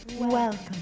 welcome